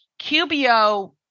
QBO